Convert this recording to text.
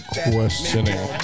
questioning